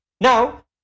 Now